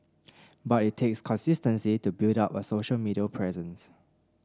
but it takes consistency to build up a social middle presence